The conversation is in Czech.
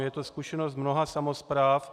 Je to zkušenost mnoha samospráv.